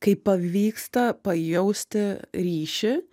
kaip pavyksta pajausti ryšį